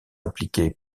appliqués